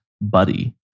buddy